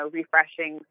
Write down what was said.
refreshing